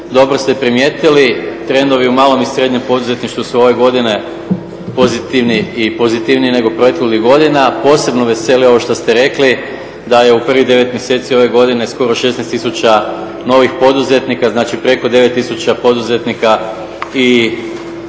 dobro ste primijetili. Trendovi u malom i srednjem poduzetništvu su ove godine pozitivniji i pozitivniji nego prethodnih godina. Posebno veseli ovo što ste rekli da je u prvih devet mjeseci ove godine skoro 16 tisuća novih poduzetnika, znači preko 9 tisuća poduzetnika i